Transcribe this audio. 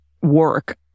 work